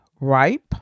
ripe